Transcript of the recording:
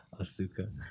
Asuka